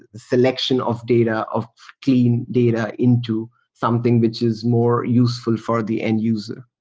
selection of data of clean data into something which is more useful for the end user.